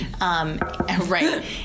right